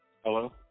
Hello